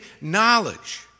knowledge